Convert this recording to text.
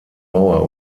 mauer